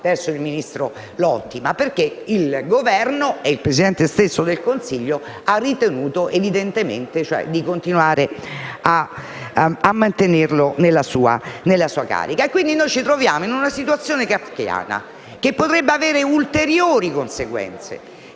il Governo e il Presidente del Consiglio hanno ritenuto di continuare a mantenerlo nella sua carica. Ci troviamo quindi in una situazione kafkiana, che potrebbe avere ulteriori conseguenze.